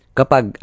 kapag